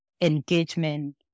engagement